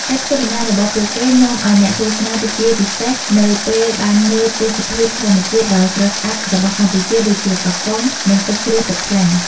ការធ្វើដំណើររបស់ពួកគេនាំឲ្យអ្នកទស្សនារីករាយពិសេសនៅពេលបានមើលទេសភាពធម្មជាតិដ៏ស្រស់ស្អាតរបស់កម្ពុជា ដូចជាកោះកុង និងទឹកជ្រោះទឹកថ្លា។